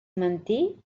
mentir